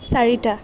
চাৰিটা